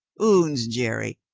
oons, jerry,